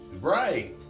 Right